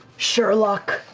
sherlock?